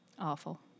Awful